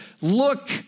Look